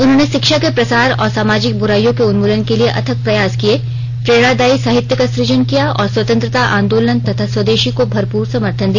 उन्होंने शिक्षा के प्रसार और सामाजिक बुराइयों के उन्मूलन के लिए अथक प्रयास किए प्रेरणादायी साहित्य का सुजन किया और स्वतंत्रता आन्दोलन तथा स्वदेशी को भरपूर समर्थन दिया